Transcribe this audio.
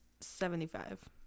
Seventy-five